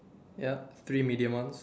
yup three medium ones